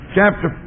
Chapter